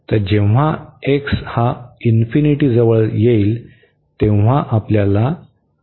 तर जेव्हा x हा इन्फिनिटीजवळ येईल तेव्हा आपल्याला 1 मिळेल